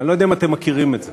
אני לא יודע אם אתם מכירים את זה.